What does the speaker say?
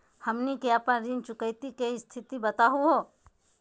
हमनी के अपन ऋण चुकौती के स्थिति बताहु हो?